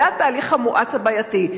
וזה התהליך המואץ הבעייתי.